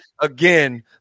again